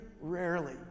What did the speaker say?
rarely